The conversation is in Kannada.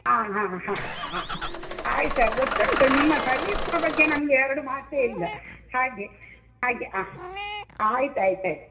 ಹಾಂ ಹಾಂ ಹಾಂ ಹಾಂ ಆಯ್ತು ಸರ್ ಗೊತ್ತುಂಟು ನಿಮ್ಮ ಸರ್ವಿಸ್ನ ಬಗ್ಗೆ ನಮಗೆ ಎರಡು ಮಾತೇ ಇಲ್ಲ ಹಾಗೆ ಹಾಗೆ ಆ ಆಯ್ತು ಆಯ್ತು ಆಯ್ತು